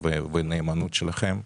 והנאמנות שלכם.